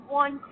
one